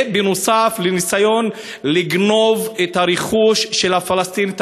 זה נוסף על ניסיון לגנוב את הרכוש של הפלסטינים,